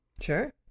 sure